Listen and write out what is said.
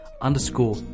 underscore